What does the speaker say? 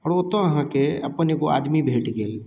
आओर ओतऽ अहाँके अपन एगो आदमी भेट गेल